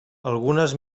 algunes